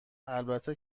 البته